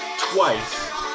twice